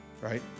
right